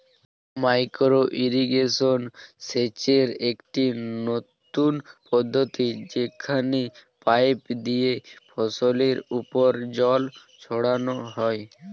micro irrigation সেচের একটি নতুন পদ্ধতি যেখানে পাইপ দিয়ে ফসলের উপর জল ছড়ানো হয়